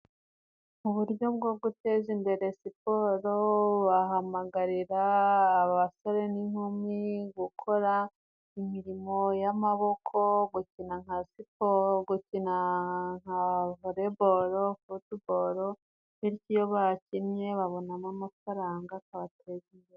Mu buryo bwo guteza imbere siporo, bahamagarira abasore n'inkumi gukora imirimo y'amaboko, gukina nka siporo gukina nka volebolo, Futubolo bityo iyo bakinnye babonamo amafaranga akabateza imbere.